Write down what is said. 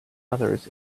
others